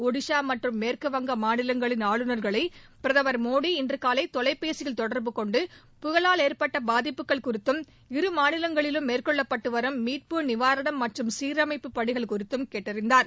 ஒடிஷா மற்றும் மேற்கு வங்க மாநிலங்களின் ஆளுநர்களை பிரதமர் மோடி இன்று காலை தொலைபேசியில் தொடர்பு கொண்டு புயலால் ஏற்பட்ட பாதிப்புகள் குறித்தும் இரு மாநிலங்களிலும் மேற்கொள்ளப்பட்டு வரும் மீட்பு நிவாரணம் மற்றும் சீரமைப்புப் பணிகள் குறித்தும் கேட்டறிந்தார்